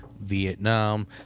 Vietnam